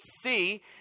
see